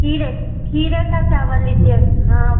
खीरे खीरे का चावल लीजिए हाँ